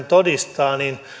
todistaa niin